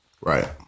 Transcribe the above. right